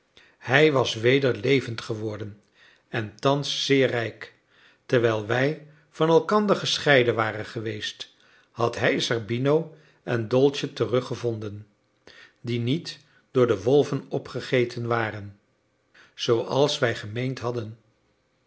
hij was weder levend geworden en thans zeer rijk terwijl wij van elkaar gescheiden waren geweest had hij zerbino en dolce teruggevonden die niet door de wolven opgegeten waren zooals wij gemeend hadden